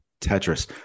Tetris